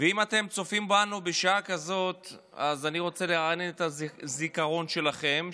אם אתם צופים בנו בשעה כזאת אז אני רוצה לרענן את הזיכרון שלכם.